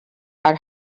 are